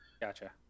Gotcha